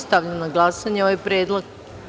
Stavljam na glasanje ovaj predlog.